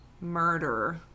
murder